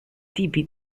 tipi